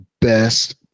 best